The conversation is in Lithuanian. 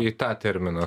į tą terminą